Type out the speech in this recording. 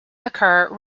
occur